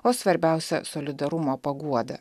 o svarbiausia solidarumo paguoda